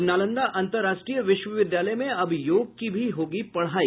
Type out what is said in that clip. और नालंदा अन्तर्राष्ट्रीय विश्वविद्यालय में अब योग की भी होगी पढ़ाई